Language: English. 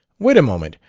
wait a moment.